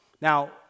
Now